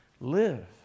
live